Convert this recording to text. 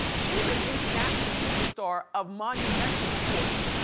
she's a international superstar of monumental proportions,